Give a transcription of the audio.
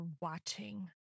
watching